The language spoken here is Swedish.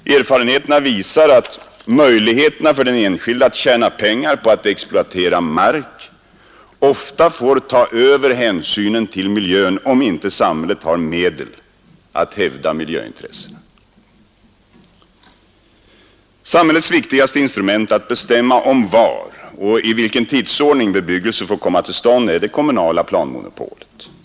Erfarenheterna visar att möjligheterna för den enskilde att tjäna pengar på att exploatera mark ofta får ta över hänsynen till miljön, om inte samhället har medel att hävda miljöintressena. Samhällets viktigaste instrument att bestämma om var och i vilken tidsordning bebyggelse får komma till stånd är det kommunala planmonopolet.